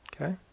Okay